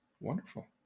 Wonderful